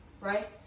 right